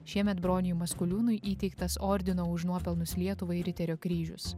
šiemet broniui maskoliūnui įteiktas ordino už nuopelnus lietuvai riterio kryžius